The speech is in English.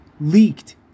leaked